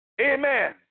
Amen